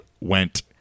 went